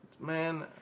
Man